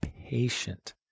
patient